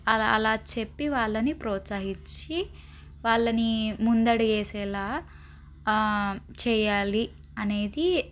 అలా అలా చెప్పి వాళ్ళని ప్రోత్సహించి వాళ్ళని ముందు అడుగు వేసేలా చేయాలి అనేది